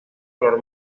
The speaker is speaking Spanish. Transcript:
color